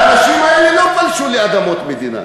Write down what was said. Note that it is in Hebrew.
והאנשים האלה לא פלשו לאדמות מדינה.